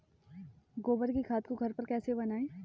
गोबर की खाद को घर पर कैसे बनाएँ?